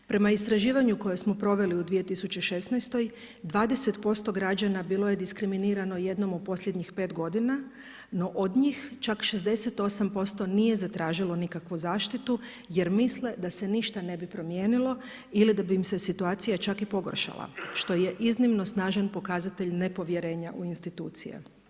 Prema istraživanju koje smo proveli u 2016., 20% građana bilo je diskriminirano jednom u posljednjih 5 godina no od njih čak 68% nije zatražilo nikakvu zaštitu jer misle da se ne ništa ne bi promijenilo ili da bi im se situacija čak i pogoršala što je iznimno snažan pokazatelj nepovjerenja u institucije.